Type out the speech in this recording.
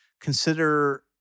consider